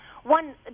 One